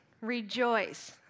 Rejoice